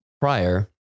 prior